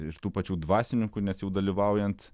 ir tų pačių dvasininkų nes jau dalyvaujant